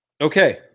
okay